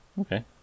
Okay